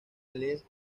les